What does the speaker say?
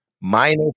Minus